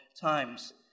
times